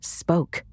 spoke